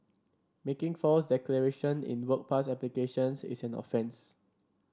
making false declaration in work pass applications is an offence